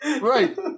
right